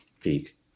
peak